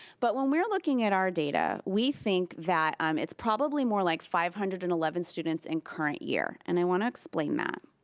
but when we're looking at our data, we think that um it's probably more like five hundred and eleven students in current year, and i wanna explain that.